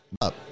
up